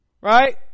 Right